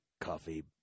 Coffee